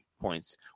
points